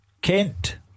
Kent